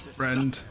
friend